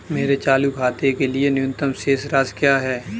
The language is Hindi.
मेरे चालू खाते के लिए न्यूनतम शेष राशि क्या है?